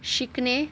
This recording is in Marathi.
शिकणे